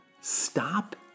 stop